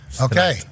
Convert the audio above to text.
okay